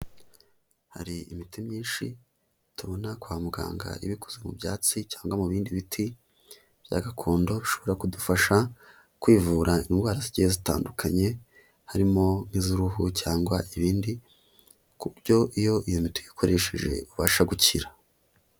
Hari imiti myinshi tubona kwa muganga iba ikozwe mu byatsi cyangwa mu bindi biti bya gakondo bishobora kudufasha kwivura indwara zitandukanye, harimo iz'uruhu cyangwa ibindi ku buryo iyo iyo miti uyikoresheje ubasha gukira.